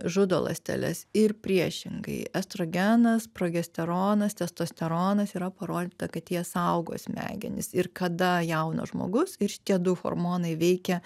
žudo ląsteles ir priešingai estrogenas progesteronas testosteronas yra parodyta kad jie saugo smegenis ir kada jaunas žmogus ir šitie du hormonai veikia